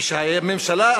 כשהממשלה,